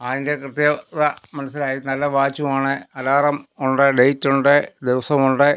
അതിൻ്റെ കൃത്യത മനസ്സിലായി നല്ല വാച്ചുമാണ് അലാറം ഉണ്ട് ഡേറ്റ് ഉണ്ട് ദിവസമുണ്ട്